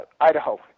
Idaho